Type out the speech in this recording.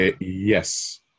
Yes